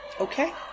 Okay